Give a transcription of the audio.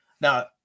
Now